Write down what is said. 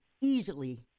easily